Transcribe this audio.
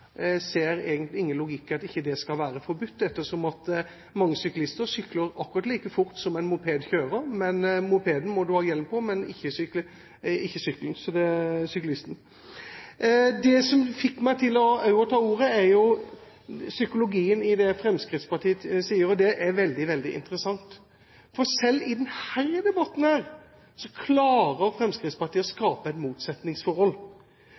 ser egentlig ingen logikk i at det ikke skal være påbudt, ettersom mange syklister sykler akkurat like fort som en moped kjører. Men på moped må du ha hjelm, ikke på sykkel. Det som også fikk meg til å ta ordet, er psykologien i det Fremskrittspartiet sier. Det er veldig, veldig interessant, for selv i denne debatten klarer Fremskrittspartiet å skape et motsetningsforhold,